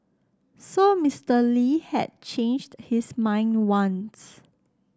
so Mister Lee had changed his mind once